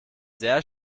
sehr